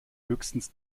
höchstens